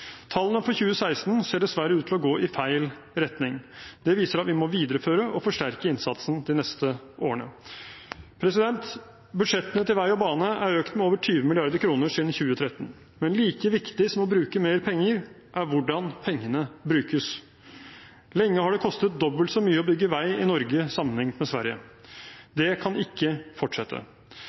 Tallene for 2016 ser dessverre ut til å gå i feil retning. Det viser at vi må videreføre og forsterke innsatsen de neste årene. Budsjettene til vei og bane er økt med over 20 mrd. kr siden 2013. Men like viktig som å bruke mer penger er hvordan pengene brukes. Lenge har det kostet dobbelt så mye å bygge vei i Norge som i Sverige. Det kan ikke fortsette.